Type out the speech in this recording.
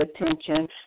attention